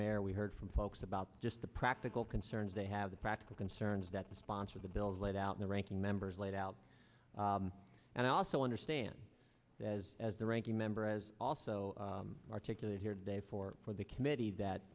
mayor we heard from folks about just the practical concerns they have the practical concerns that the sponsor the bills laid out in the ranking members laid out and i also understand that as as the ranking member as also articulate here day four for the committee that